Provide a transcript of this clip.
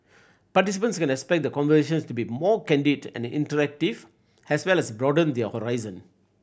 participants can expect the conversations to be more candid and interactive as well as broaden their horizons